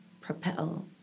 propel